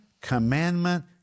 commandment